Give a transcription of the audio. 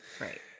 Right